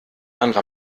anderer